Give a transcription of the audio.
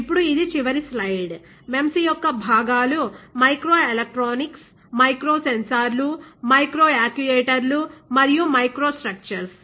ఇప్పుడు ఇది చివరి స్లైడ్MEMS యొక్క భాగాలు మైక్రో ఎలెక్ట్రానిక్స్ మైక్రో సెన్సార్లు మైక్రో యాక్యుయేటర్లు మరియు మైక్రో స్ట్రక్చర్స్